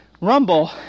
rumble